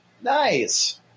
Nice